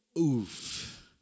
Oof